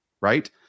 right